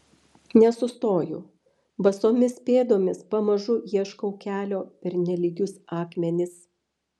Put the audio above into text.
nesustoju basomis pėdomis pamažu ieškau kelio per nelygius akmenis